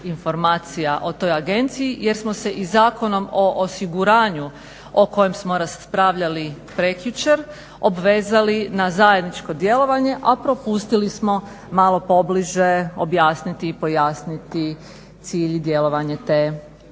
informacija o toj agenciji jer smo se i Zakonom o osiguranju o kojem smo raspravljali prekjučer obvezali na zajedničko djelovanje, a propustili smo malo pobliže objasniti i pojasniti cilj i djelovanje te i